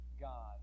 God